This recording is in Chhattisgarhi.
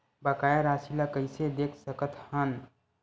बकाया राशि ला कइसे देख सकत हान?